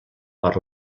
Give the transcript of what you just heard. per